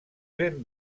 ben